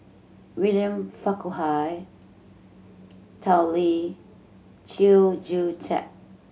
William Farquhar Tao Li Chew Joo Chiat